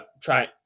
try